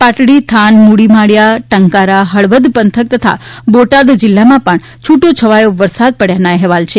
પાટડી થાન મૂળી માળીયા ટંકારા હળવદ પંથક તથા બોટાદ જિલ્લામાં છૂટો છવાયો વરસાદ પડ્યાના અહેવાલ છે